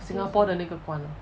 singapore 的那个关了